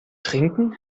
trinken